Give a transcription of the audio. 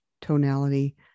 tonality